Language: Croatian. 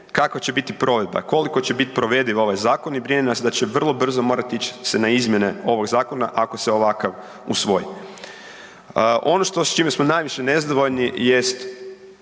kakva će biti provedba, koliko će bit provediv ovaj zakon i brine nas da će vrlo brzo morat ić se na izmjene ovog zakona ako se ovakav usvoji. Ono s čime smo najviše nezadovoljni jest